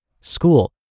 school